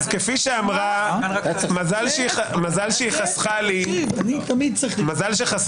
אז כפי שאמרה מזל שחסכה לי חברתי,